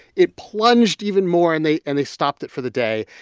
it plunged even more and they and they stopped it for the day.